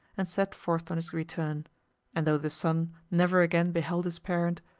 and set forth on his return and though the son never again beheld his parent,